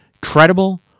credible